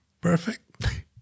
perfect